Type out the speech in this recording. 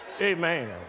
Amen